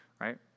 right